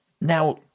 Now